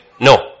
No